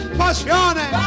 passione